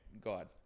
God